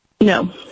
No